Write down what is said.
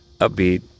upbeat